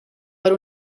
per